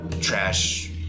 trash